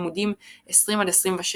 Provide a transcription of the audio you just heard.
עמ' 20–27